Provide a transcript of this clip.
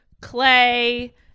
Clay